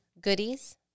goodies